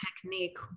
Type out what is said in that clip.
technique